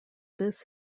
this